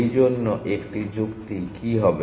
এই জন্য একটি যুক্তি কি হবে